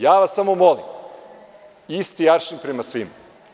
Ja vas samo molim za isti aršin prema svima.